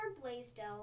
blaisdell